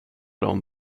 dem